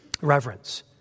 Reverence